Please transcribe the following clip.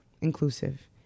inclusive